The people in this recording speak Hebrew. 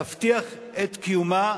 להבטיח את קיומה,